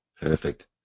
Perfect